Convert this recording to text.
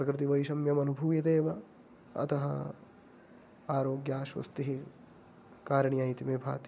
प्रकृतिवैशम्यम् अनुभूयतेव अतः आरोग्याश्वस्तिः कारणीया इति मे भाति